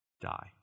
Die